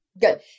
good